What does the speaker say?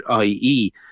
IE